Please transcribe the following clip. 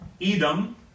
Edom